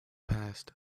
past